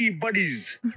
buddies